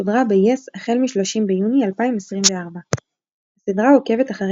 שודרה ב-yes החל מ-30 ביוני 2024. הסדרה עוקבת אחרי